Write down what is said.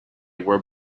where